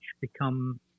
become